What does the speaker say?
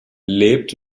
lebt